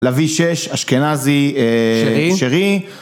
לוי שש, אשכנזי, שרי.